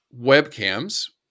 webcams